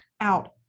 out